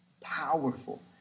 Powerful